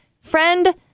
Friend